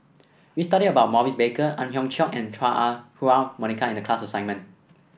we studied about Maurice Baker Ang Hiong Chiok and Chua Ah Huwa Monica in the class assignment